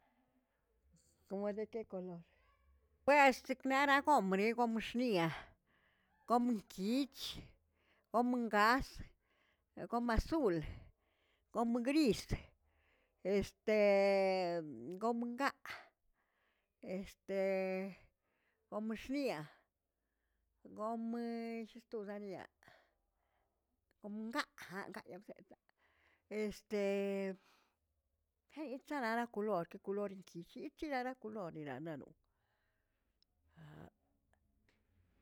¿Cómo de que color? Wrest knaragomri gom xṉia, komenkich, gomen gasj, gom ansul, gom gris, este gom gaꞌa, este gom xṉiꞌa, gom lle stoneꞌ niaꞌ, gom gaꞌa jayabzekaꞌ, este jeyetzanaꞌ nak kolor kolornki shi chinatza kolorinki arnaroꞌ